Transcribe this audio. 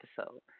episode